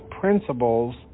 principles